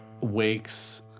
wakes